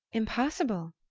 impossible?